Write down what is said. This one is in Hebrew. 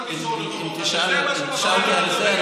אם תשאל אותי על זה,